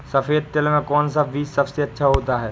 सफेद तिल में कौन सा बीज सबसे अच्छा होता है?